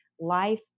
life